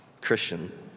Christian